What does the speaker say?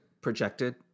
projected